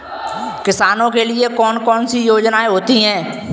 किसानों के लिए कौन कौन सी योजनायें होती हैं?